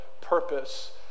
purpose